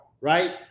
right